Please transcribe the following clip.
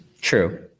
True